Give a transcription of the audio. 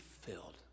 filled